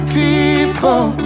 people